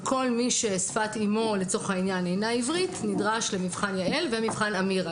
כל מי ששפת אמו אינה עברית נדרש למבחן יעל ולמבחן אמיר.